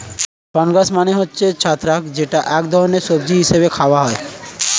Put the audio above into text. fungus মানে হচ্ছে ছত্রাক যেটা এক ধরনের সবজি হিসেবে খাওয়া হয়